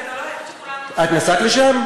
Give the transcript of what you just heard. את נסעת לשם?